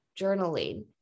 journaling